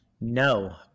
No